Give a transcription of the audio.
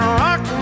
rock